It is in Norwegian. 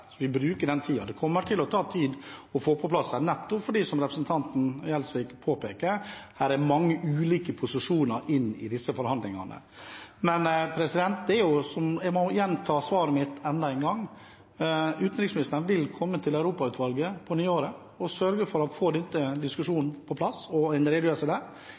bruker den tiden. Det kommer til å ta tid å få på plass, nettopp fordi, som representanten Gjelsvik påpeker, det er mange ulike posisjoner inn i disse forhandlingene. Jeg må gjenta svaret mitt enda en gang: Utenriksministeren vil komme til Europautvalget på nyåret og sørge for å få denne diskusjonen på plass og gi en